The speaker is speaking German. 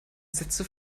sätze